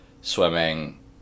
swimming